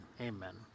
amen